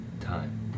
time